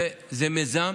זה מיזם